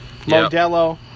Modelo